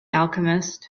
alchemist